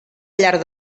llar